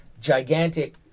gigantic